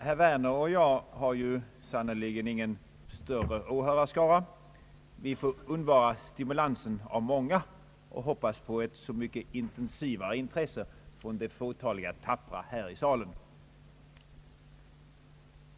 Herr talman! Herr Werner och jag har sannerligen ingen större åhörarskara — vi får undvara stimulansen av många och hoppas på ett så mycket intensivare intresse från de fåtaliga tappra här i salen!